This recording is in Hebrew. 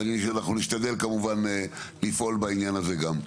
ואנחנו נשתדל כמובן לפעול בעניין הזה גם.